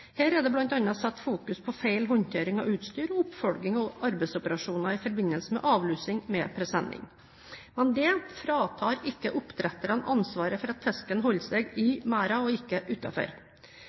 Her er det bl.a. fokusert på feil håndtering av utstyr og oppfølging av arbeidsoperasjoner i forbindelse med avlusing med presenning. Men det fratar ikke oppdretterne ansvaret for at fisken holder seg inne i merdene og ikke